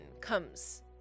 comes